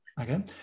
Okay